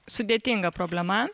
sudėtinga problema